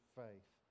faith